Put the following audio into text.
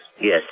Yes